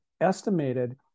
estimated